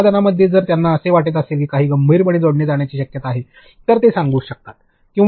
उत्पादनामध्ये जर त्यांना असे वाटत असेल की काहीतरी गंभीरपणे जोडले जाण्याची गरज आहे तर ते सांगू शकतात